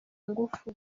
ngufu